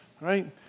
Right